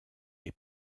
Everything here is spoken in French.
est